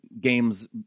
games